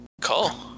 call